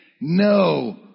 no